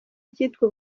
icyitwa